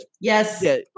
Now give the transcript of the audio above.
Yes